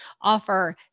offer